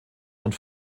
und